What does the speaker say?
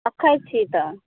राखै छी तऽ